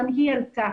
גם היא עלתה.